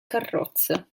carrozza